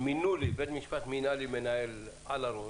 ובית משפט מינה לי מנהל מעליי